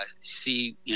see